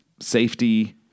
safety